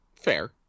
Fair